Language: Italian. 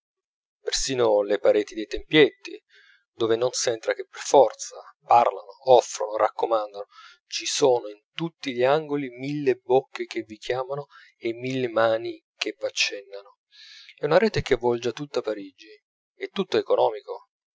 persino le pareti dei tempietti dove non s'entra che per forza parlano offrono raccomandano ci sono in tutti gli angoli mille bocche che vi chiamano e mille mani che v'accennano è una rete che avvolge tutta parigi e tutto è economico